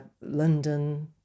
London